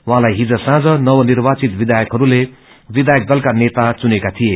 उहाँलाई हिज साँझ नवनिवाचित विययकहरूले विययक दलका नेता चुनेका थिए